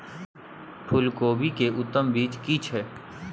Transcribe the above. फूलकोबी के उत्तम बीज की छै?